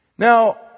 Now